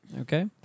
Okay